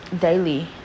daily